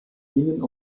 ihnen